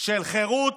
של חירות,